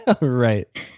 Right